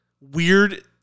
weird